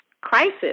crisis